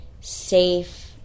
safe